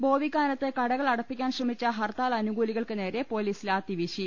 ബോവിക്കാ നത്ത് കടകളടപ്പിക്കാൻ ശ്രമിച്ച ഹർത്താൽ അനുകൂലികൾക്ക് നേരെ പൊലിസ് ലാത്തി വീശി